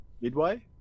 Midway